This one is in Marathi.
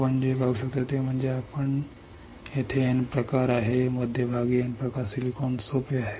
आपण जे पाहू शकता ते म्हणजे आपण पाहू शकता की तेथे एन प्रकार आहे मध्यभागी एन प्रकार सिलिकॉन सोपे आहे